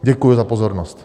Děkuji za pozornost.